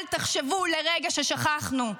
אל תחשבו לרגע ששכחנו.